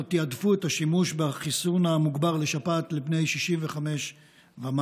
תיעדפו את השימוש בחיסון המוגבר לשפעת לבני 65 ומעלה,